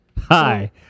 Hi